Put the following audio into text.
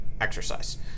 exercise